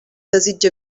desitja